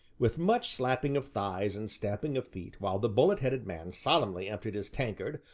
with much slapping of thighs, and stamping of feet, while the bullet-headed man solemnly emptied his tankard,